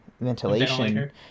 ventilation